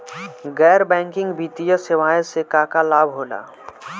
गैर बैंकिंग वित्तीय सेवाएं से का का लाभ होला?